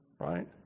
right